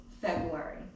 february